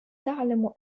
تعلم